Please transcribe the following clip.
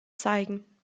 zeigen